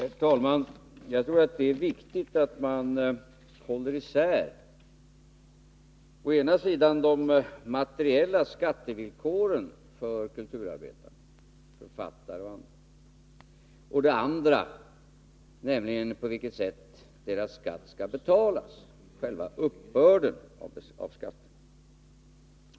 Herr talman! Jag tror att det är viktigt att man håller isär å ena sidan de materiella skattevillkoren för kulturarbetarna, författare och andra, och å andra sidan det sätt på vilket deras skatt skall betalas, själva uppbörden av skatten.